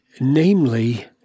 Namely